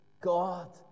God